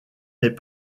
est